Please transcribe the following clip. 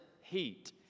heat